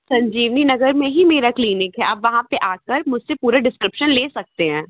संजीवनी नगर में ही मेरा क्लीनिक है आप वहाँ पे आकर मुझसे पूरा डिस्क्रिप्शन ले सकते हैं